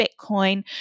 Bitcoin